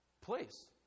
place